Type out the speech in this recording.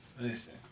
Listen